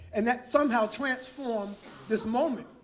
and that somehow transformed this moment.